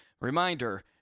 Reminder